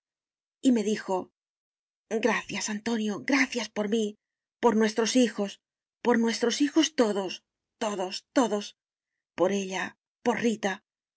y me dijo gracias antonio gracias por mí por nuestros hijos por nuestros hijos todos todos todos por ella por rita